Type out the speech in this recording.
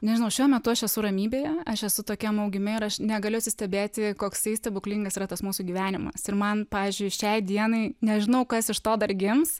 nežinau šiuo metu aš esu ramybėje aš esu tokiam augime ir aš negaliu atsistebėti koksai stebuklingas yra tas mūsų gyvenimas ir man pavyzdžiui šiai dienai nežinau kas iš to dar gims